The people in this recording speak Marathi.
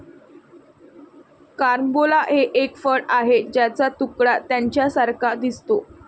कारंबोला हे एक फळ आहे ज्याचा तुकडा ताऱ्यांसारखा दिसतो